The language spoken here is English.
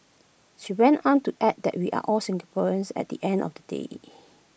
she went on to add that we are all Singaporeans at the end of the day